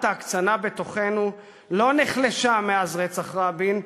ההקצנה בתוכנו לא נחלשה מאז רצח רבין,